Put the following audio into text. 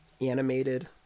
animated